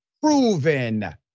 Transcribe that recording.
proven